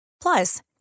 Plus